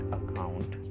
account